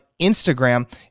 Instagram